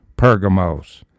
Pergamos